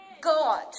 God